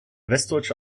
westdeutsche